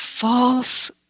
false